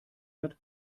hat